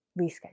reschedule